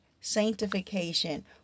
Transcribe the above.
sanctification